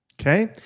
Okay